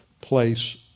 place